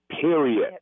Period